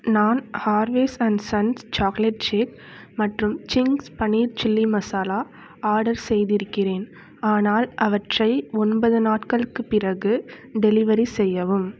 நான் Harveys and sons chocolate shake மற்றும் சிங்க்ஸ் பன்னீர் சில்லி மசாலா ஆர்டர் செய்திருக்கிறேன் ஆனால் அவற்றை ஒன்பது நாட்களுக்குப் பிறகு டெலிவரி செய்யவும்